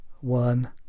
one